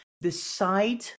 decide